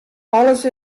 alles